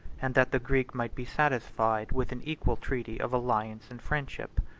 and that the greek might be satisfied with an equal treaty of alliance and friendship.